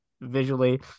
visually